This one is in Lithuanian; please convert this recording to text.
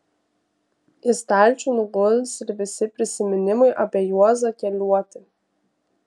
į stalčių nuguls ir visi prisiminimai apie juozą keliuotį